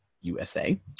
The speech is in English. USA